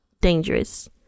dangerous